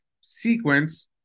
sequence